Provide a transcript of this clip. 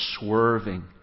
swerving